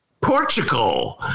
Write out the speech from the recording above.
Portugal